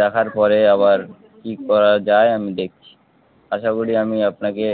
দেখার পরে আবার কী করা যায় আমি দেখছি আশা করি আমি আপনাকে